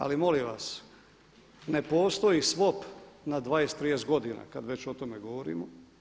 Ali molim vas ne postoji SVOP na 20, 30 godina kad već o tome govorimo.